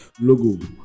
logo